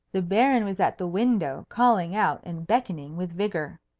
the baron was at the window, calling out and beckoning with vigour.